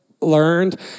learned